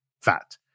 fat